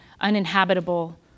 uninhabitable